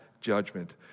judgment